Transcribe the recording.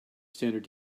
standard